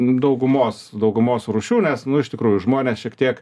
daugumos daugumos rūšių nes iš tikrųjų žmonės šiek tiek